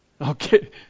Okay